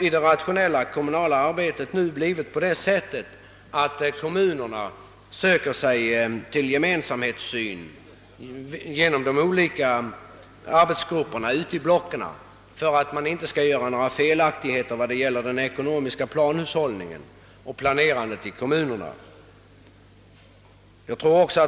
I det rationella kommunala arbetet har det nu blivit så, att kommunerna söker sig fram till en gemensamhetssyn genom de olika arbetsgrupperna ute i kommunblocken, för att man inte skall göra några felaktigheter beträffande den ekonomiska planhushållningen och övrig planering.